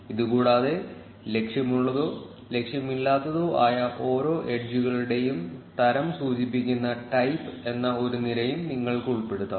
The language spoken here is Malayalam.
ഇതുകൂടാതെ ലക്ഷ്യമുള്ളതോ ലക്ഷ്യമില്ലാത്തതോ ആയ ഓരോ എഡ്ജുകളുടെയും തരം സൂചിപ്പിക്കുന്ന ടൈപ്പ് എന്ന ഒരു നിരയും നിങ്ങൾക്ക് ഉൾപ്പെടുത്താം